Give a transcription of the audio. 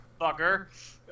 Fucker